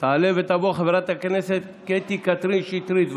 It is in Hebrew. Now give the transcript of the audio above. תעלה ותבוא חברת הכנסת קטי קטרין שטרית.